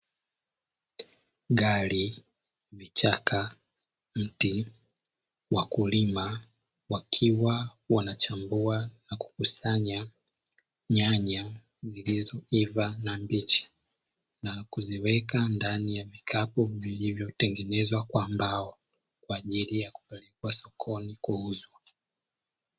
Gari, vichaka, mti wakulima wakiwa wanachambua na kukusanya nyanya zilizoiva na mbichi na kuziweka ndani ya vikapu vilivyotengenezwa kwa mbao kwa ajili ya kupelekwa sokoni kuuza.